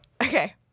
Okay